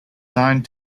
signed